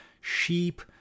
sheep